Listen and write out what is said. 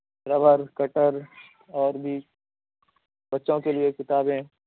rubber cutter اور بھی بچوں کے لیے کتابیں